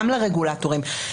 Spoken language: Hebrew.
גם לרגולטורים,